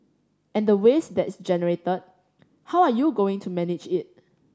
and the waste that's generated how are you going to manage it